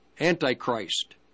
Antichrist